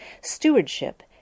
Stewardship